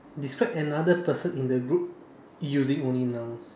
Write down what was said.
describe another person in the group using only nouns